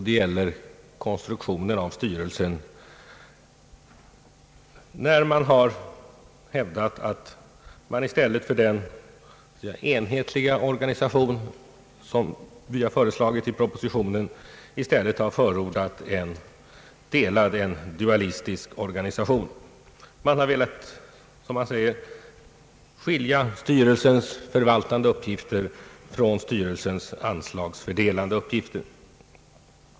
Det gäller konstruktionen av styrelsen, där man i stället för den enhetliga organisation som föreslås i propositionen har förordat en delad, en dualistisk organisation. Man har velat — som man säger — skilja styrelsens förvaltande uppgifter från dess anslagsfördelande uppgifter.